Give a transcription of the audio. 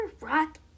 rock